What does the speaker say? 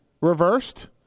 reversed